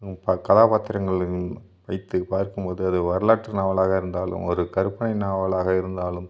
பல கதாப்பாத்திரங்கள் வைத்து பார்க்கும்போது அது வரலாற்று நாவலாக இருந்தாலும் ஒரு கற்பனை நாவலாக இருந்தாலும்